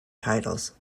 titles